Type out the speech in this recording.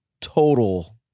total